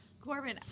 Corbin